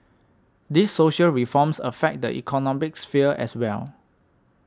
these social reforms affect the economic sphere as well